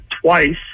twice